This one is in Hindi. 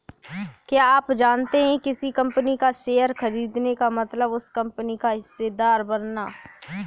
क्या आप जानते है किसी कंपनी का शेयर खरीदने का मतलब उस कंपनी का हिस्सेदार बनना?